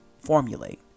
formulate